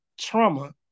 trauma